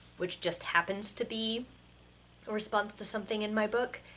which just happens to be a response to something in my book.